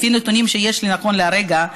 לפי נתונים שיש לי נכון לכרגע,